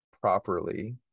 properly